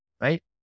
right